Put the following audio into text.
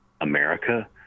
America